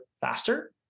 faster